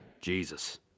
Jesus